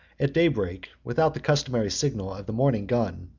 at daybreak, without the customary signal of the morning gun,